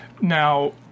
Now